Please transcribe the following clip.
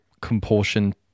compulsion